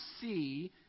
see